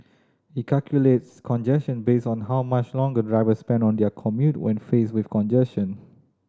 it calculates congestion based on how much longer drivers spend on their commute when faced with congestion